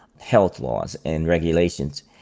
health laws and regulations.